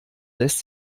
lässt